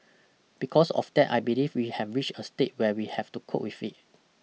because of that I believe we have reached a state where we have to cope with it